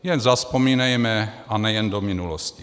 Jen zavzpomínejme, a nejen do minulosti.